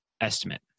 estimate